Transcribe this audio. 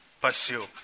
pursue